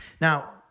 Now